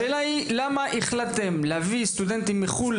השאלה היא למה החלטתם להביא סטודנטים מחו"ל